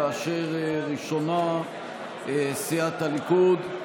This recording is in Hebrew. כאשר ראשונה היא סיעת הליכוד,